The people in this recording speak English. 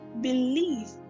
believe